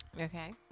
okay